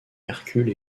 hercule